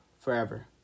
forever